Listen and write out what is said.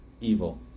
evil